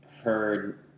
heard